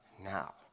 now